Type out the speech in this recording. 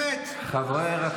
אוקיי, באמת, באמת.